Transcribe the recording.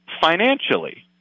financially